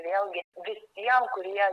vėlgi visiem kurie